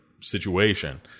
situation